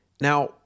Now